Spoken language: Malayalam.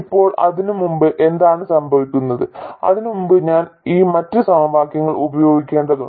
ഇപ്പോൾ അതിന് മുമ്പ് എന്താണ് സംഭവിക്കുന്നത് അതിനുമുമ്പ് ഞാൻ ഈ മറ്റ് സമവാക്യങ്ങൾ ഉപയോഗിക്കേണ്ടതുണ്ട്